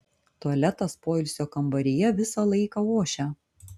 tualetas poilsio kambaryje visą laiką ošia